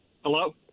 Hello